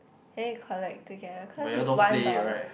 then we collect together cause is one dollar